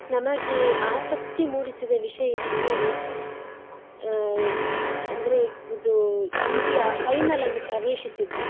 ನಮಗೆ ಆಸಕ್ತಿ ಮೂಡಿಸಿದ ವಿಷಯ ಏನಂದರೆ ಅಂದರೆ ಇದು ಇಂಡಿಯಾ ಫೈನಲನ್ನು ಪ್ರವೇಶಿಸಿದ್ದು